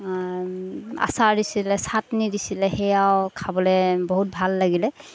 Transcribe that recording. আচাৰ দিছিলে চাটনি দিছিলে সেয়াও খাবলৈ বহুত ভাল লাগিলে